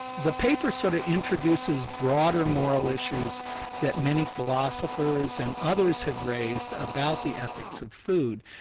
the paper sort of introduces broader moral issues that many philosophers and others have raised about the ethics of food.